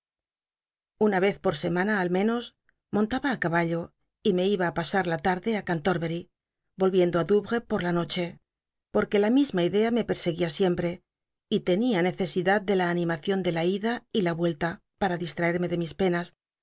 una vez por semana al menos montaba á caballo y me iba á pasar la tarde á cantorbery volviendo á douvres por la nocbc porque la misma idea me petseguia sicmptc y tenia ncccsicl hl de la an imacion de la ida y la vuelta para distraerme de mis penas